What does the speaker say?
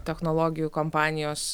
technologijų kompanijos